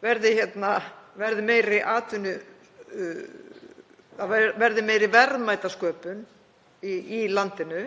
verði meiri verðmætasköpun í landinu.